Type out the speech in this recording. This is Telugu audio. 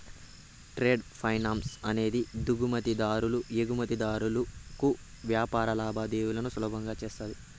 ట్రేడ్ ఫైనాన్స్ అనేది దిగుమతి దారులు ఎగుమతిదారులకు వ్యాపార లావాదేవీలను సులభం చేస్తది